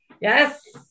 yes